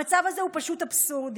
המצב הזה הוא פשוט אבסורדי.